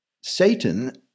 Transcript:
Satan